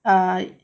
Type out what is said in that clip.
err